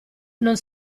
non